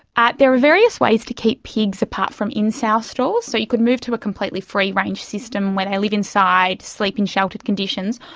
there are various ways to keep pigs apart from in sow stalls. so you could move to a completely free range system where they live inside, sleep in sheltered conditions.